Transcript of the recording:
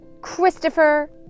christopher